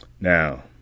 Now